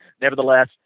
nevertheless